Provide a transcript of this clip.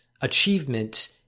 achievement